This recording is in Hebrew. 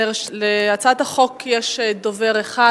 להצעת החוק יש דובר אחד,